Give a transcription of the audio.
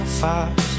fast